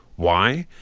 why?